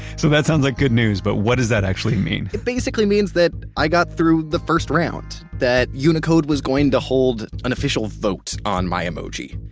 so that sounds like good news, but what does that actually mean? it basically means that i got through the first round, that unicode was going to hold an official vote on my emoji.